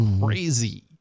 crazy